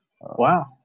Wow